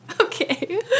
okay